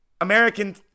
American